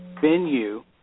venue